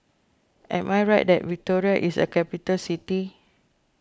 am I right that Victoria is a capital city